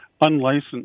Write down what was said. unlicensed